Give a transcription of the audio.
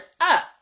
up